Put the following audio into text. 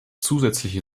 zusätzliche